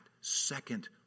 second